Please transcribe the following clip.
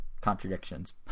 contradictions